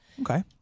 Okay